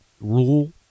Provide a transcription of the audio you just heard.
rule